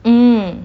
mm